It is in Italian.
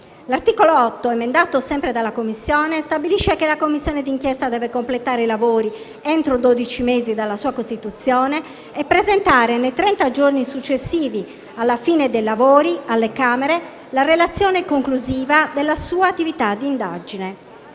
L'articolo 8, emendato sempre dalla Commissione, stabilisce che la Commissione di inchiesta deve completare i lavori entro dodici mesi dalla sua costituzione e presentare alle Camere, nei trenta giorni successivi alla fine dei lavori, la relazione conclusiva della sua attività di indagine.